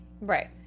Right